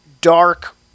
dark